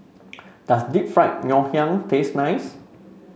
does Deep Fried Ngoh Hiang taste nice